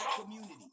community